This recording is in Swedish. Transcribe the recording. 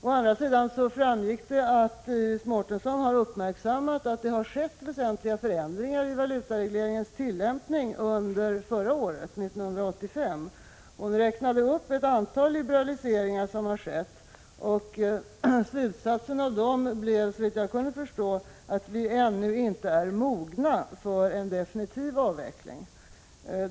Å andra sidan framgick det att Iris Mårtensson har uppmärksammat att det har skett väsentliga förändringar i valutaregleringens tillämpning under förra året, 1985. Hon räknade upp ett antal liberaliseringar som har skett, och slutsatsen av dem blev såvitt jag kunde förstå att vi ännu inte är mogna för en definitiv avveckling.